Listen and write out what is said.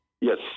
Yes